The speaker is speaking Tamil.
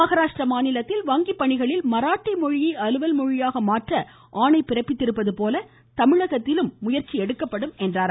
மகாராஷ்டிரா மாநிலத்தில் வங்கி பணிகளில் மராட்டி மொழியை அலுவல் மொழியாக மாற்ற ஆணை பிறப்பித்திருப்பது போல தமிழகத்திலும் முயற்சி எடுக்கப்படும் என்று கூறினார்